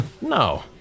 No